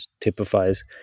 typifies